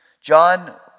John